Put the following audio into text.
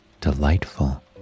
delightful